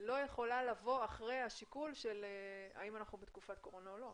לא יכולה לבוא אחרי השיקול של האם אנחנו בתקופת קורונה או לא.